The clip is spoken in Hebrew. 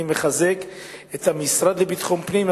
אני מחזק את המשרד לביטחון הפנים,